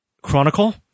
chronicle